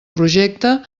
projecte